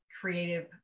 creative